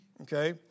Okay